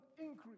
increase